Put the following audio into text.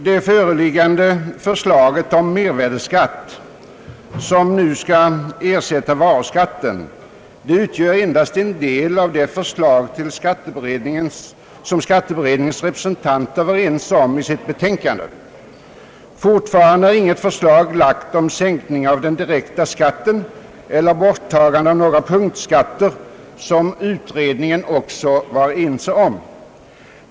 Det föreliggande förslaget om mervärdeskatt som nu skall ersätta varuskatten utgör endast en del av det förslag som skatteberedningens representanter var ense om i sitt betänkande. Fortfarande är intet förslag lagt om sänkning av den direkta skatten eller borttagande av några punktskatter, något som utredningen också var ense om.